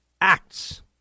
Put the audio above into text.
acts